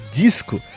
disco